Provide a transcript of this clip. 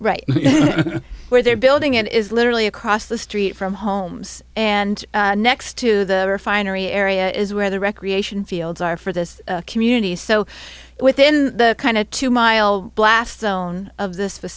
right where they're building it is literally across the street from homes and next to the refinery area is where the recreation fields are for this community so within the kind of two mile blast zone of this